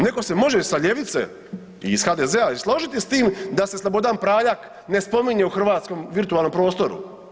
Netko se može sa ljevice i sa HDZ-a i složiti sa s time da se Slobodan Praljak ne spominje u hrvatskom virtualnom prostoru.